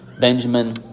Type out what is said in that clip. Benjamin